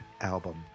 album